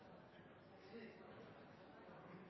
tre